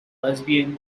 lesbian